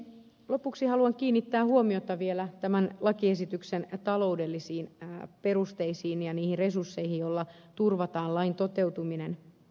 lopuksi haluan kiinnittää huomiota vielä tämän lakiesityksen taloudellisiin perusteisiin ja niihin resursseihin jolla turvataan lain toteutuminen